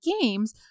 games